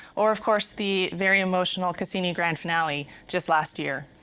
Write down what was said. or of course, the very emotional cassini grand finale, just last year.